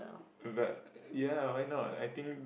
but ya why not I think